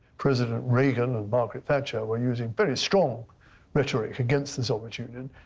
president reagan and margaret thatcher were using very strong rhetoric against the soviet union.